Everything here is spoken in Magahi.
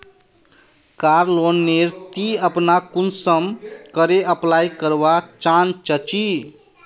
कार लोन नेर ती अपना कुंसम करे अप्लाई करवा चाँ चची?